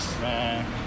Man